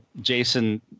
Jason